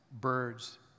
birds